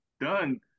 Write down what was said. done